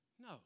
No